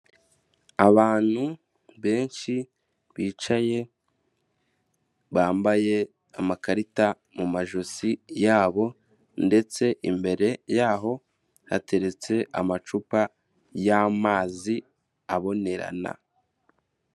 Abantu benshi bicaye, bambaye amakarita mu majosi yabo ndetse imbere y'aho hateretse amacupa y'amazi abonerana.